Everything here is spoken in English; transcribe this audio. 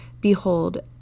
Behold